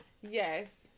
Yes